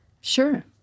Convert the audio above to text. Sure